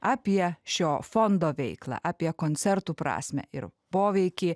apie šio fondo veiklą apie koncertų prasmę ir poveikį